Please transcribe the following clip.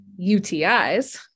UTIs